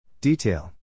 Detail